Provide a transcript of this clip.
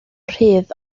rhydd